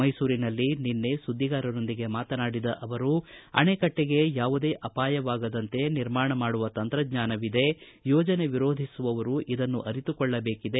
ಮೈಸೂರಿನಲ್ಲಿ ನಿನ್ನೆ ಸುದ್ದಿಗಾರರೊಂದಿಗೆ ಮಾತನಾಡಿದ ಅವರು ಆಣೆಕಟ್ಟೆಗೆ ಯಾವುದೇ ಅಪಾಯವಾಗದಂತೆ ನಿರ್ಮಾಣ ಮಾಡುವ ತಂತ್ರಜ್ಞಾನವಿದೆ ಯೋಜನೆ ವಿರೋಧಿಸುವವರು ಇದನ್ನು ಅರಿತುಕೊಳ್ಳಬೇಕಿದೆ